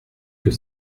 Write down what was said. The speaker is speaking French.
que